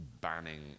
banning